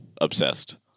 obsessed